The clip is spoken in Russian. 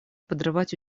подрывать